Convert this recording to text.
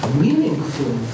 meaningful